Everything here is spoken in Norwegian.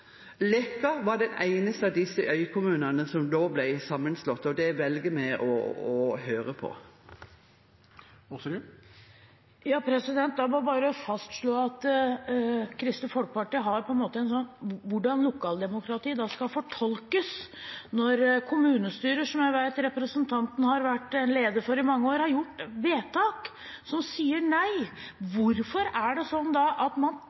det var spesielle vilkår. Leka var den eneste av disse øykommunene som da ble sammenslått, og det velger vi å høre på. Jeg må bare fastslå at for Kristelig Folkeparti er det sånn. Hvordan skal lokaldemokratiet da fortolkes, når kommunestyrer som jeg vet representanten har vært leder for i mange år, har gjort vedtak som sier nei? Hvorfor er det sånn at man